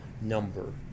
number